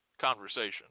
conversation